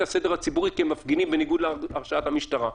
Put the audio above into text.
הסדר הציבורי כי הם מפגינים בניגוד להרשאת המשטרה.